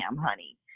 honey